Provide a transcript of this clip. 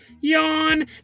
yawn